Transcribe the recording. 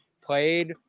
played